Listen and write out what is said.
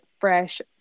fresh